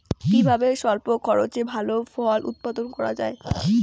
কিভাবে স্বল্প খরচে ভালো ফল উৎপাদন করা যায়?